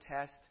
test